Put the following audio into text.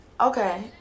Okay